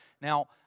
Now